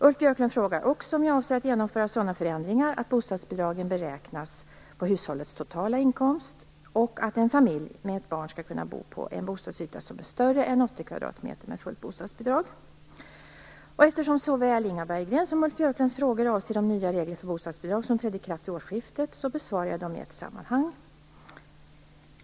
Ulf Björklund frågar också om jag avser att genomföra sådana förändringar att bostadsbidragen beräknas på hushållens totala inkomst och att en familj med ett barn skall kunna bo på en bostadsyta som är större än 80 kvadratmeter med fullt bostadsbidrag. Eftersom såväl Inga Berggrens som Ulf Björklunds frågor avser de nya regler för bostadsbidrag som trädde i kraft vid årsskiftet besvarar jag dem i ett sammanhang.